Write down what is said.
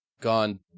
gone